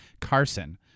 Carson